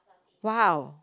!wow!